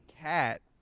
cat